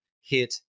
hit